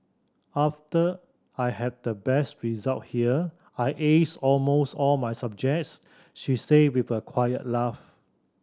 after I had the best result here I aced almost all my subjects she say with a quiet laugh